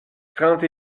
trente